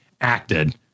acted